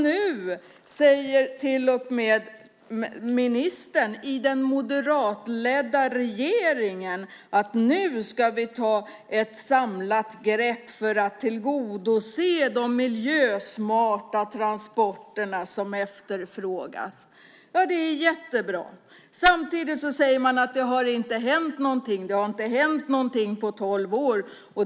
Nu säger till och med ministern i den moderatledda regeringen att vi ska ta ett samlat grepp för att tillgodose efterfrågan på miljösmarta transporter. Det är jättebra. Samtidigt säger man att det inte har hänt någonting på tolv år.